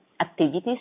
activities